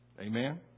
Amen